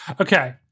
Okay